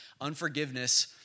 Unforgiveness